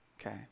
Okay